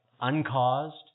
uncaused